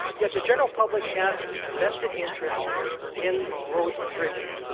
yet the general public has a vested interest in the roads and bridges.